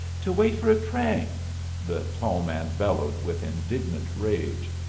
to wait for a train the tall man bellowed with indignant rage.